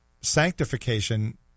sanctification